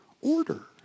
Order